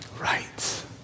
right